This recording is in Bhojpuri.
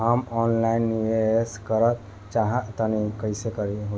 हम ऑफलाइन निवेस करलऽ चाह तनि कइसे होई?